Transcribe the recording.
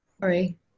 Sorry